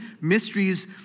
mysteries